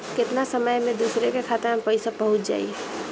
केतना समय मं दूसरे के खाता मे पईसा पहुंच जाई?